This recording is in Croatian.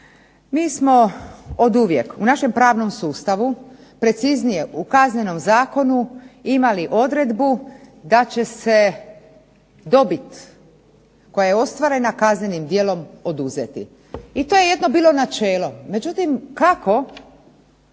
Mi smo oduvijek u našem pravnom sustavu, preciznije u Kaznenom zakonu imali odredbu da će se dobit koja je ostvarena kaznenim djelom oduzeti. I to je jedno bilo načelo. Međutim, kako